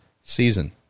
season